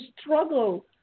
struggle